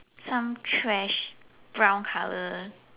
some trash brown colour